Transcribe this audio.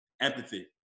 empathy